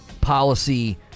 policy